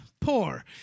poor